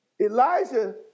Elijah